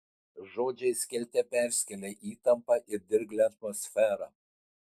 žodžiai skelte perskėlė įtemptą ir dirglią atmosferą